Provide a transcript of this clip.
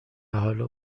حالا